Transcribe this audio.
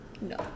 No